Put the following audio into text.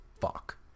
Fuck